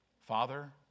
Father